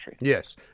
Yes